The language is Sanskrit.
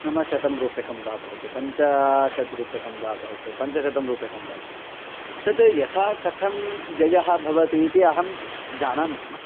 नाम शतं रूप्यकं वा भवतु पञ्चाशत् रूप्यकं वा भवतु पञ्चशतं रूप्यकं वा भवतु तद् यथा कथं व्ययः भवति इति अहं जानामि स्म